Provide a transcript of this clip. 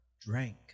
drank